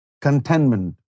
contentment